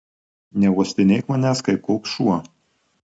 neuostinėk manęs kaip koks šuo